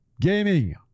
gaming